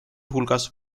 hulgas